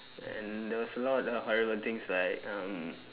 and there was a lot of horrible things like um